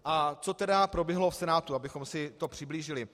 A co tedy proběhlo v Senátu, abychom si to přiblížili.